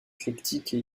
éclectique